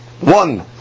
one